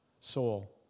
soul